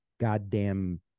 goddamn